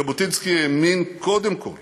ז'בוטינסקי האמין קודם כול